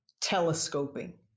telescoping